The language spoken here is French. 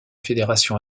fédération